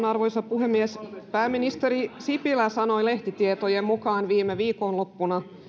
arvoisa puhemies pääministeri sipilä sanoi lehtitietojen mukaan viime viikonloppuna